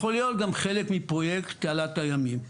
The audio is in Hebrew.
יכול להיות גם חלק מהפרויקט תעלת הימים.